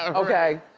and okay.